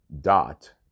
dot